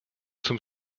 zum